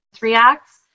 reacts